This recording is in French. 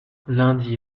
lundi